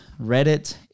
Reddit